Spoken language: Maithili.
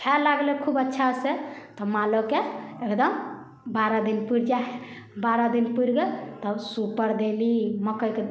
खाइ लागलै खूब अच्छा से तऽ मालोके एकदम बारह दिन पुड़ि जाइ हइ बारह दिन पुड़ि गेल तब सुपर देली मकइके